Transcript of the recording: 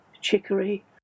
chicory